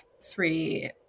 three